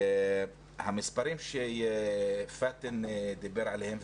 המספרים שפאתן דיבר עליהם,